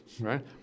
right